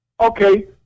Okay